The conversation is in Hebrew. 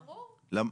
ברור, ברור.